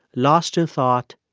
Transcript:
lost in thought,